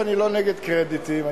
אני לא נגד קרדיטים.